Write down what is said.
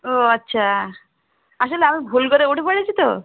ও আচ্ছা আসলে আমি ভুল করে উঠে পড়েছি তো